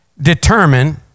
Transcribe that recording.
determine